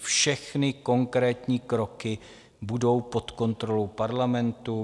Všechny konkrétní kroky budou pod kontrolou Parlamentu.